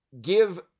give